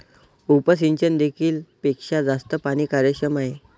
उपसिंचन देखील पेक्षा जास्त पाणी कार्यक्षम आहे